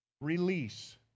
release